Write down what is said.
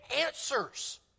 answers